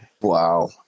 wow